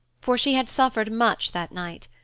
for she had suffered much that night.